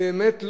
זו אמת,